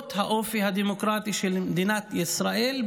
גבולות האופי הדמוקרטי של מדינת ישראל,